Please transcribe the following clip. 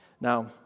Now